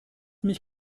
mich